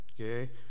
okay